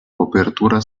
copertura